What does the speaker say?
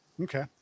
Okay